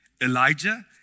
elijah